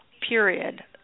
period